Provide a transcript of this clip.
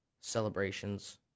celebrations